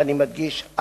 ואני מדגיש,